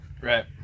Right